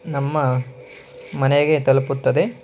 ನಮ್ಮ ಮನೆಗೆ ತಲುಪುತ್ತದೆ